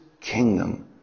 kingdom